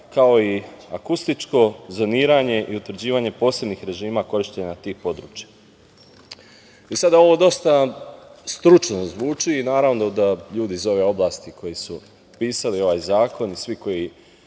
kao i akustičko zoniranje i utvrđivanje posebnih režima korišćenja tih područja. Sada ovo dosta stručno zvuči i naravno da ljudi iz ove oblasti koji su pisali ovaj zakon i svi koji